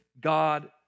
God